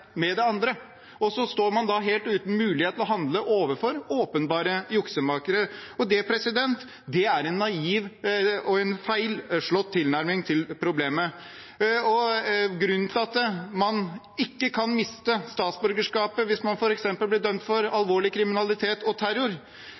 med det andre. Da står man helt uten mulighet til å handle overfor åpenbare juksemakere. Det er en naiv og feilslått tilnærming til problemet. Grunnen til at man ikke kan miste statsborgerskapet hvis man f.eks. blir dømt for